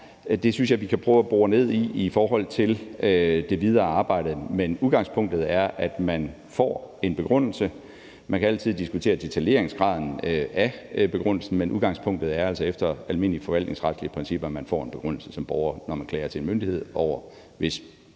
er, synes jeg at vi kan prøve at bore ned i i det videre arbejde. Men udgangspunktet er, at man får en begrundelse. Man kan altid diskutere detaljeringsgraden af begrundelsen, men udgangspunktet er altså efter almindelige forvaltningsretlige principper, at man som borger får en begrundelse for, hvorfor klagen ikke bliver viderebragt